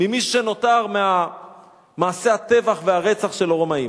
ממי שנותר ממעשה הטבח והרצח של הרומאים.